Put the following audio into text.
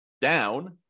down